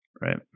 Right